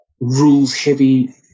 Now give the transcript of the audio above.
rules-heavy